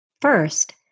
First